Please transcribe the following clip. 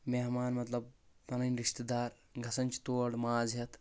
مہمان مطلب پنٕنۍ رشتہٕ دار گژھان چھِ تور ماز ہٮ۪تھ